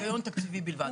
ההיגיון תקציבי בלבד.